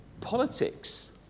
politics